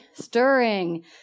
stirring